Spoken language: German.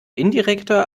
indirekter